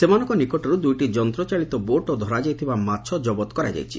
ସେମାନଙ୍କ ନିକଟରୁ ଦୁଇଟି ଯନ୍ତଚାଳିତ ବୋଟ୍ ଓ ଧରାଯାଇଥିବା ମାଛ କବତ କରାଯାଇଛି